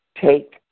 take